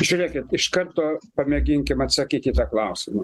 žiūrėkit iš karto pamėginkim atsakyti į tą klausimą